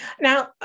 Now